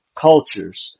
cultures